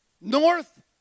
north